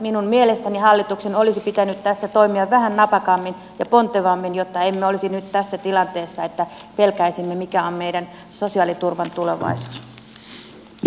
minun mielestäni hallituksen olisi pitänyt tässä toimia vähän napakammin ja pontevammin jotta emme olisi nyt tässä tilanteessa että pelkäisimme mikä on meidän sosiaaliturvan tulevaisuus